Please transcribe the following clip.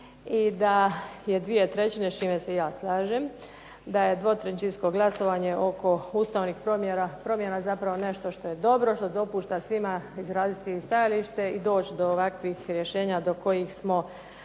i da je dvije trećine s čime se ja slažem, da je dvotrećinsko glasovanje oko ustavnih promjena nešto što je dobro, što dopušta svima izraziti stajalište i doći do ovakvih rješenja do kojih smo